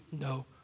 no